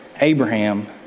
Abraham